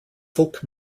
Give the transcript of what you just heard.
folk